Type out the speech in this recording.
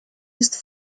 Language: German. ist